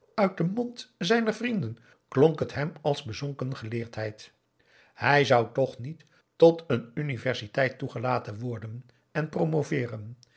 uit den mond zijner vrienden klonk het hem als bezonken geleerdheid hij zou toch niet tot een universiteit toegelaten worden en promoveeren